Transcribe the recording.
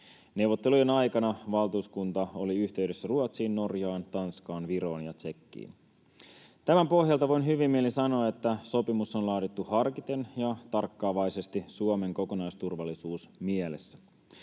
Neuvottelujen aikana valtuuskunta oli yhteydessä Ruotsiin, Norjaan, Tanskaan, Viroon ja Tšekkiin. Tämän pohjalta voin hyvin mielin sanoa, että sopimus on laadittu harkiten ja tarkkaavaisesti Suomen kokonaisturvallisuus mielessä.